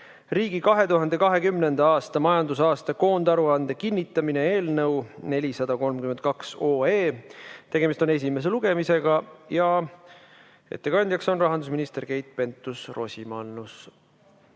"Riigi 2020. aasta majandusaasta koondaruande kinnitamine" eelnõu 432. Tegemist on esimese lugemisega. Ettekandja on rahandusminister Keit Pentus-Rosimannus.